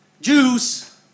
Jews